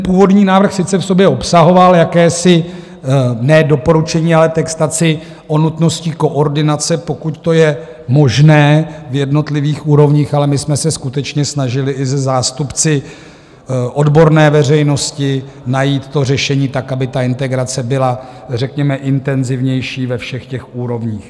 Původní návrh sice v sobě obsahoval jakési ne doporučení, ale textaci o nutnosti koordinace, pokud to je možné, v jednotlivých úrovních, ale my jsme se skutečně snažili i se zástupci odborné veřejnosti najít řešení tak, aby ta integrace byla řekněme intenzivnější ve všech těch úrovních.